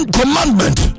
commandment